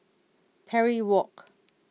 Parry Walk